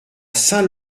saint